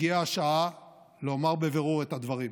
הגיעה השעה לומר בבירור את הדברים: